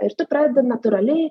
ir tu pradedi natūraliai